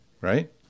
right